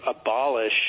abolish